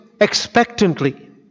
expectantly